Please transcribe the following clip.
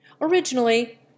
Originally